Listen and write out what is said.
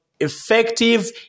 effective